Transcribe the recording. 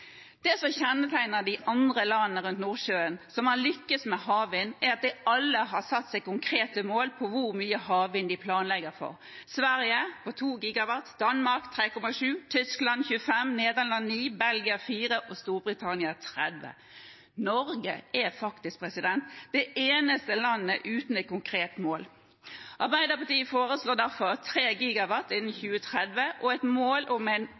Det som kjennetegner de andre landene rundt Nordsjøen som har lyktes med havvind, er at de alle har satt seg konkrete mål for hvor mye havvind de planlegger for: Sverige 2 GW, Danmark 3,7, Tyskland 25, Nederland 9, Belgia 4 og Storbritannia 30. Norge er faktisk det eneste landet uten et konkret mål. Arbeiderpartiet foreslår derfor 3 GW innen 2030 og et mål om en